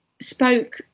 spoke